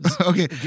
Okay